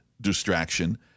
distraction